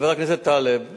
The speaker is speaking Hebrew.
חבר הכנסת טלב אלסאנע,